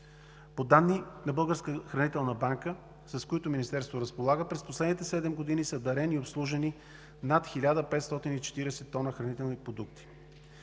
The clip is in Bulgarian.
банка, с които Министерството разполага, през последните седем години са дарени и обслужени над 1540 тона хранителни продукти.